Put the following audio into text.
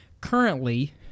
currently